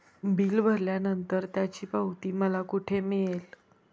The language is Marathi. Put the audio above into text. बिल भरल्यानंतर त्याची पावती मला कुठे मिळेल?